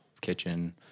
kitchen